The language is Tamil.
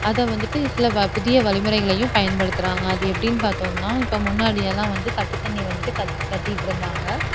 அதை வந்துட்டு சில வ புதிய வழிமுறைகளையும் பயன்படுத்தறாங்க அது எப்படின்னு பார்த்தோம்னா இப்போ முன்னாடியெல்லாம் வந்து கட்டு தண்ணீர் வந்துட்டு கட் கட்டிட்டுருந்தாங்க